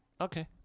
Okay